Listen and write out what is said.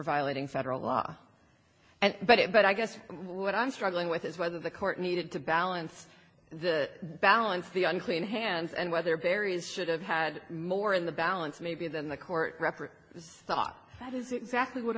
violating federal law and but it but i guess what i'm struggling with is whether the court needed to balance the balance the unclean hands and whether barry's should have had more in the balance maybe than the court record just thought that is exactly what